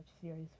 Series